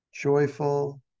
Joyful